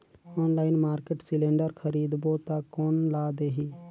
Online market cylinder खरीदबो ता कोन ला देही?